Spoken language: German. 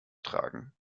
tragen